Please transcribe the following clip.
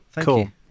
Cool